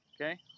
Okay